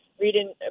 reading